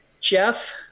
Jeff